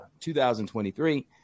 2023